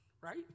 right